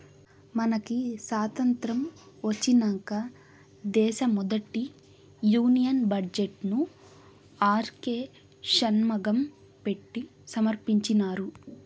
మనకి సాతంత్రం ఒచ్చినంక దేశ మొదటి యూనియన్ బడ్జెట్ ను ఆర్కే షన్మగం పెట్టి సమర్పించినారు